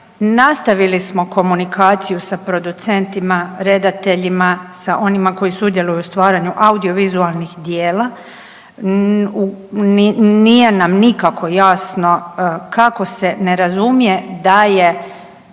nastavili smo komunikaciju sa producentima, redateljima, sa onima koji sudjeluju u stvaranju audiovizualnih djela. Nije nam nikako jasno kako se ne razumije da je